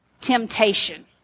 temptation